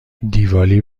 دیوالی